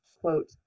quote